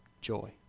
Joy